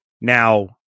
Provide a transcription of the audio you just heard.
Now